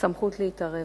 סמכות להתערב.